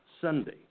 Sunday